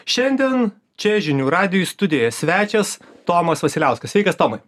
šiandien čia žinių radijuj studijoje svečias tomas vasiliauskas sveikas tomai